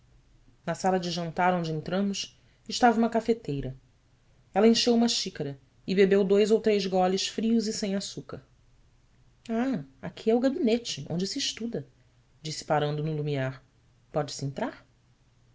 na sala de jantar onde entramos estava uma cafeteira ela encheu uma xícara e bebeu dois ou três goles frios e sem açúcar h qui é o gabinete onde se estuda disse parando no lumiar ode se entrar